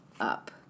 up